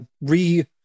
re